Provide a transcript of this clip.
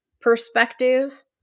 perspective